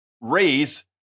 raise